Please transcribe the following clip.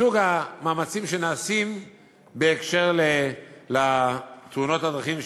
מסוג המאמצים שנעשים בהקשר של תאונות הדרכים שיש,